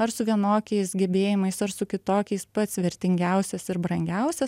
ar su vienokiais gebėjimais ar su kitokiais pats vertingiausias ir brangiausias